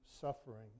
suffering